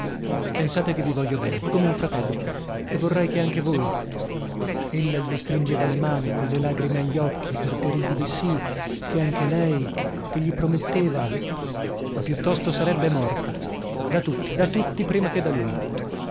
pensate che vi voglio bene come un fratello e vorrei che anche voi ella gli stringeva le mani colle lagrime agli occhi per dirgli di sì che anche lei che gli prometteva ma piuttosto sarebbe morta da tutti da tutti prima che da lui